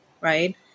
Right